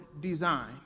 design